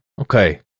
okay